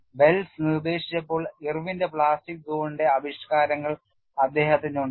Wells നിർദ്ദേശിച്ചപ്പോൾ ഇർവിന്റെ plastic സോണിന്റെ ആവിഷ്കാരങ്ങൾ അദ്ദേഹത്തിനുണ്ടായിരുന്നു